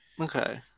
okay